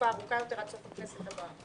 תקופה ארוכה יותר עד סוף הכנסת הבאה.